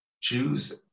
choose